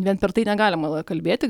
vien per tai negalima kalbėti